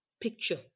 picture